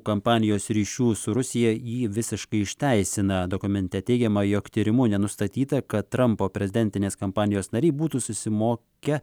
kampanijos ryšių su rusija jį visiškai išteisina dokumente teigiama jog tyrimu nenustatyta kad trampo prezidentinės kampanijos nariai būtų susimokę